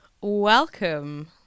Welcome